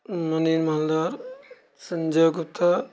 Nirmala Sanjay Gupta